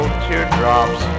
teardrops